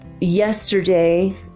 Yesterday